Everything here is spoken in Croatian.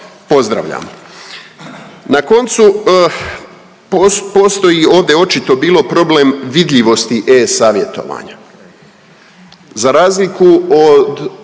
Na koncu postoji ovdje je očito bilo problem vidljivosti e-Savjetovanja. Za razliku od